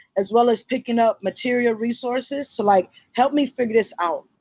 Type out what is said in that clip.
as well as picking up material resources. so like help me figure this out.